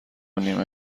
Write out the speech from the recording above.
نیمه